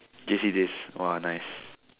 J_C days !wah! nice